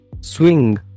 Swing